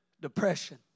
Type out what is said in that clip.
depression